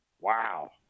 wow